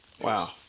Wow